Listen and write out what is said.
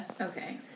Okay